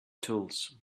tools